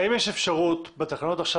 האם יש אפשרות בתחנות עכשיו,